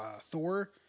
Thor